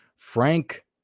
Frank